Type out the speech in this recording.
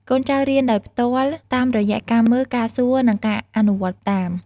កូនចៅរៀនដោយផ្ទាល់តាមរយៈការមើល ការសួរ និងការអនុវត្តតាម។